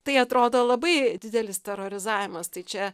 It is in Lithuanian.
tai atrodo labai didelis terorizavimas tai čia